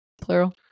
Plural